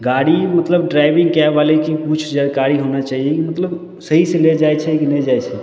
गाड़ी मतलब driving cab बाले की किछु जानकारी होना चाहिए मतलब सही से ले जाइ छै कि नहि जाइ छै